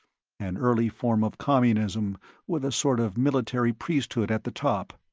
an early form of communism with a sort of military-priesthood at the top.